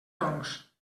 doncs